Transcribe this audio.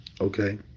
okay